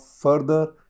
further